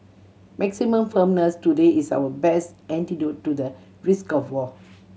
maximum firmness today is our best antidote to the risk of war